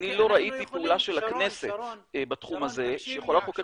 אני לא ראיתי פעולה של הכנסת בתחום הזה שיכולה לחוקק